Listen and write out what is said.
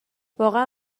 واقعا